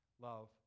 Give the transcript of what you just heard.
love